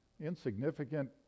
Insignificant